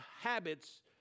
habits